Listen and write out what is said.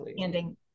ending